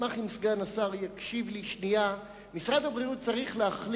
ואשמח אם שר הסגן יקשיב לי שנייה: משרד הבריאות צריך להחליט